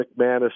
McManus